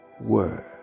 word